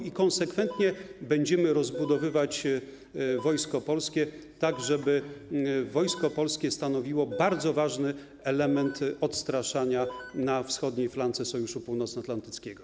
I konsekwentnie będziemy rozbudowywać Wojsko Polskie, tak żeby Wojsko Polskie stanowiło bardzo ważny element odstraszania na wschodniej flance Sojuszu Północnoatlantyckiego.